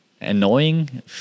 annoying